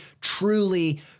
truly